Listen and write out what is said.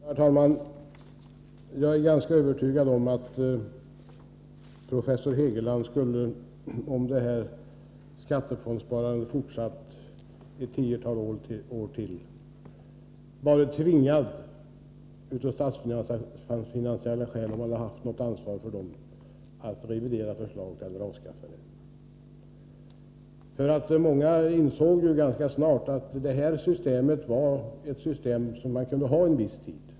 Herr talman! Jag är ganska övertygad om, att om skattefondssparandet hade fortsatt i ett tiotal år till, hade professor Hegeland av statsfinansiella skäl — om han hade haft något ansvar för statsfinanserna — varit tvingad att revidera systemet eller avskaffa det. Många insåg nämligen ganska snart att skattefondssparandet var ett system som man kunde ha endast en viss tid.